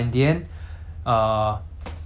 I had two sisters not had